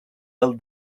del